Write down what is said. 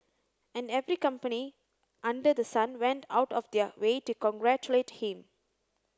and every company under the sun went out of their way to congratulate him